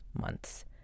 months